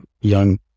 young